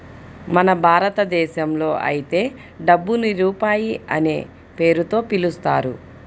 మన భారతదేశంలో అయితే డబ్బుని రూపాయి అనే పేరుతో పిలుస్తారు